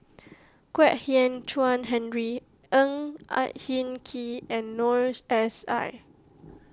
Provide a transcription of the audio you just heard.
Kwek Hian Chuan Henry Ang I Hin Kee and Noor S I